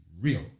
real